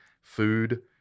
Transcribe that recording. food